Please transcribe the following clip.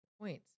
Points